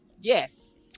Yes